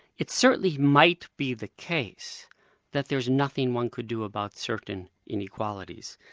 it certainly might be the case that there's nothing one could do about certain inequalities.